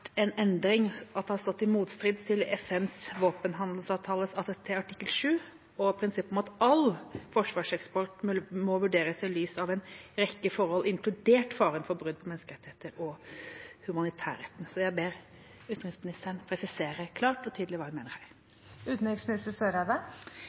en endring, at det har stått i motstrid til FNs våpenhandelsavtales – ATTs – artikkel 7 og prinsippet om at all forsvarseksport må vurderes i lys av en rekke forhold, inkludert faren for brudd på menneskerettigheter og humanitærretten. Så jeg ber utenriksministeren presisere klart og tydelig hva hun mener